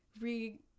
re